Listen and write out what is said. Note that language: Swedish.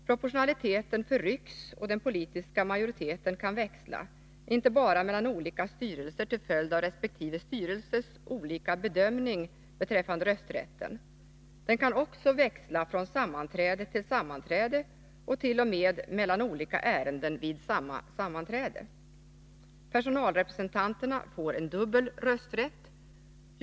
Proportionaliteten förrycks, och den politiska majoriteten kan växla — inte bara mellan olika styrelser till följd av resp. styrelses olika bedömning av rösträtten, utan också från sammanträde till sammanträde och t.o.m. mellan olika ärenden vid samma sammanträde. Personalrepresentanterna får dubbel rösträtt.